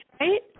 right